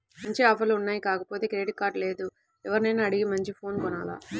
మంచి ఆఫర్లు ఉన్నాయి కాకపోతే క్రెడిట్ కార్డు లేదు, ఎవర్నైనా అడిగి మంచి ఫోను కొనాల